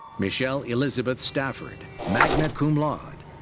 michelle elizabeth stafford, magna cum laude.